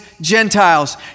Gentiles